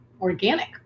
organic